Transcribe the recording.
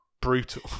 brutal